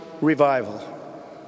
revival